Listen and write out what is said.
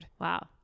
Wow